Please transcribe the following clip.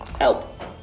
help